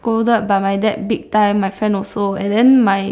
scolded by my dad big time my friend also and then my